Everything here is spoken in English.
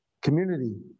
community